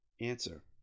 Answer